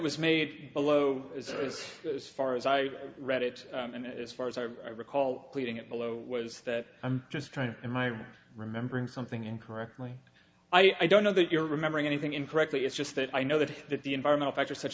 was made below is as far as i read it and as far as i recall reading it below was that i'm just trying to my remembering something incorrectly i don't know that you're remembering anything incorrectly it's just that i know that he that the environmental factors such